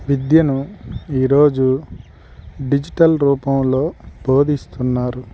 విద్యను ఈరోజు డిజిటల్ రూపంలో బోధిస్తున్నారు